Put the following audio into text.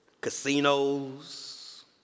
casinos